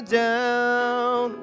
down